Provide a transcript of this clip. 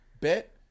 bet